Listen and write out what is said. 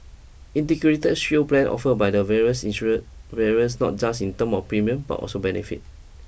integrated shield plan offered by the various insurers various not just in terms of premium but also benefit